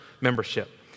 membership